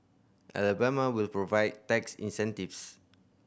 Alabama will provide tax incentives